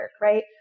right